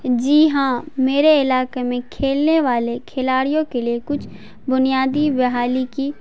جی ہاں میرے علاقے میں کھیلنے والے کھلاڑیوں کے لیے کچھ بنیادی بحالی کی